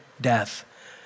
death